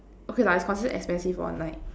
okay lah it's considered expensive for one night